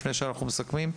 לפני שאנחנו מסכמים?